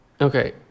okay